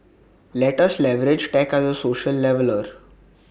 let us leverage tech as A social leveller